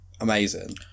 amazing